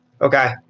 Okay